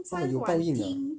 oh 有报应啊